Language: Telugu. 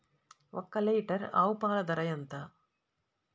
ఒక్క లీటర్ ఆవు పాల ధర ఎంత?